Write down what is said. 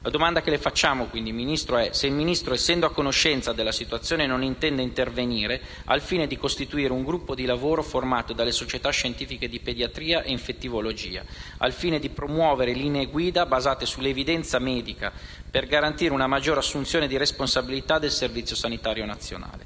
La domanda che rivolgiamo al Ministro è se, essendo a conoscenza della situazione, non intenda intervenire al fine di costituire un gruppo di lavoro formato dalle società scientifiche di pediatria e infettivologia allo scopo di promuovere linee guida basate sull'evidenza medica per garantire una maggiore assunzione di responsabilità del Servizio sanitario nazionale,